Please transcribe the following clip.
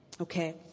Okay